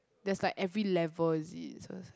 there's like every level is it